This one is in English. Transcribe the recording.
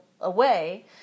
away